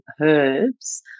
herbs